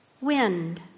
Wind